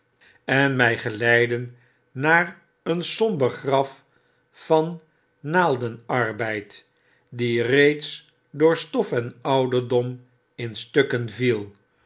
en my geleidden naar een somber graf van naaldenarbeid die reeds door stof en ouderdom in stukken viel